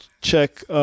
check